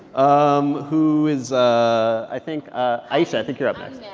um who is ah i think ayesha, i think you're up next yeah